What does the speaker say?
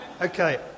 okay